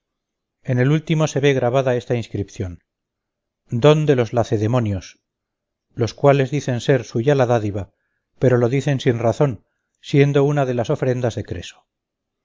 en el último se ve grabada esta inscripción don de los lacedemonios los cuales dicen ser suya la dádiva pero lo dicen sin razón siendo una de las ofrendas de creso